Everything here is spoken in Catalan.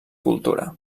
cultura